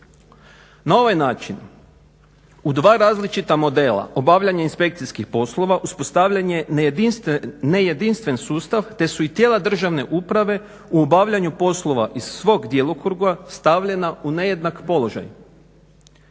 Na ovaj način u dva različita modela obavljanja inspekcijskih poslova uspostavljanje nejedinstven sustav te su i tijela državne uprave u obavljanju poslova iz svog djelokruga stavljena u nejednak položaj.